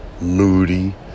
Moody